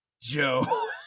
Joe